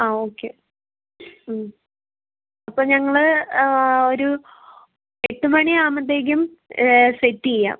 ആ ഓക്കെ ഉം അപ്പം ഞങ്ങള് ഒരു എട്ട് മണിയാകുമ്പത്തേക്കും സെറ്റ് ചെയ്യാം